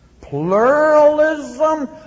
Pluralism